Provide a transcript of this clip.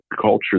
culture